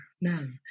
No